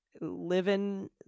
living